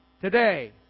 today